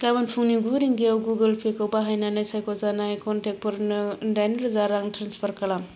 गाबोन फुंनि गु रिंगायाव गुगोल पे खौ बाहायनानै सायख'जानाय क'नटेक्टफोरनो दाइनरोजा रां ट्रेन्सफार खालाम